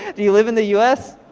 do you live in the us?